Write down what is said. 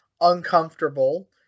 uncomfortable